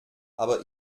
aber